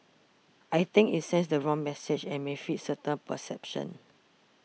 I think it sends the wrong message and may feed certain perceptions